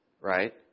right